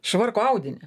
švarko audinį